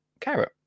carrot